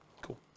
Cool